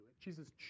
Jesus